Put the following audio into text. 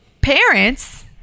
parents